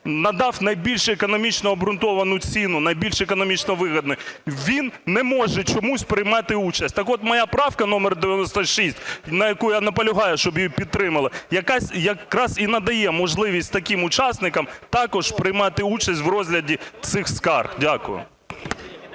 надав найбільш економічно обґрунтовану ціну, найбільш економічно вигідну, він не може чомусь приймати участь. Так от моя правка номер 96, на якій я наполягаю, щоб її підтримали, якраз і надає можливість таким учасникам також приймати участь в розгляді цих скарг. Дякую.